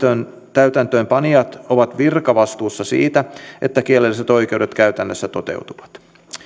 täytäntöönpanijat ovat virkavastuussa siitä että kielelliset oikeudet käytännössä toteutuvat